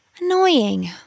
Annoying